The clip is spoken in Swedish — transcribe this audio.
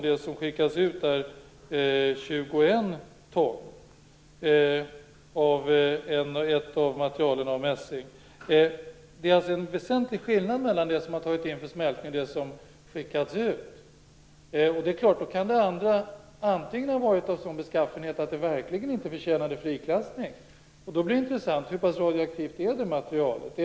Det som skickas ut är 21 ton. Ett av materialen var mässing. Det är en väsentlig skillnad mellan det som har tagits in för smältning och det som skickats ut. Det kan ha varit av sådan beskaffenhet att det verkligen inte förtjänade friklassning. Det kan vara intressant. Hur pass radioaktivt är materialet?